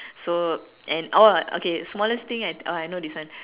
so and orh okay smallest thing I oh I know this one